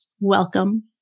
welcome